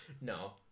No